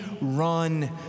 run